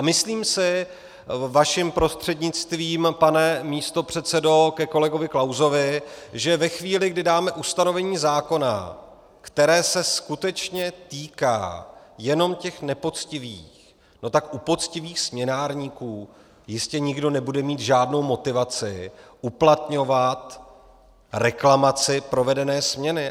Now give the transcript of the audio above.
Myslím si, vaším prostřednictvím, pane místopředsedo, ke kolegovi Klausovi, že ve chvíli, kdy dáme ustanovení zákona, které se skutečně týká jenom těch nepoctivých, tak u poctivých směnárníků jistě nikdo nebude mít žádnou motivaci uplatňovat reklamaci uvedené směny.